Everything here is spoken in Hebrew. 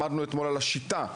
למדנו אתמול על השיטה הזאת,